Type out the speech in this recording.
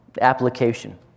Application